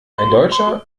deutscher